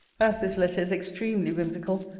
as this letter is extremely whimsical,